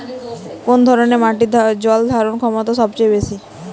কোন ধরণের মাটির জল ধারণ ক্ষমতা সবচেয়ে বেশি?